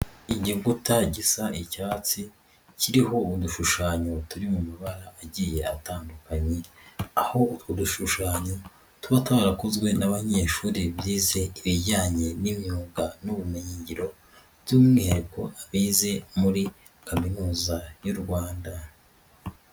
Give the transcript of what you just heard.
Igikuta gisa icyatsi kiriho udushushanyo turi mu mabara agiye atandukanye aho udushushanyo tuba twarakozwe n'abanyeshuri bize ibijyanye n'imyuga n'ubumenyingiro by'umwihariko bize muri kaminuza y'u rwanda.